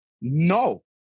No